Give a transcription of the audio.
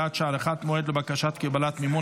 (הוראת שעה) (הארכת מועד לבקשת קבלת מימון),